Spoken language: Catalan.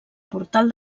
portal